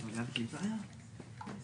הישיבה ננעלה בשעה